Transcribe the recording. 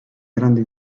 grande